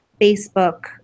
Facebook